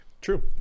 True